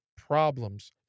Problems